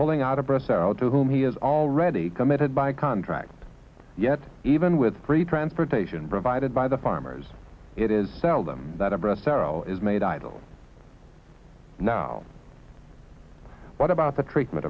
pulling out a bus out to whom he has already committed by contract yet even with free transportation provided by the farmers it is seldom that a breast arrow is made idle now what about the treatment